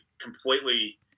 completely